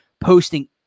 posting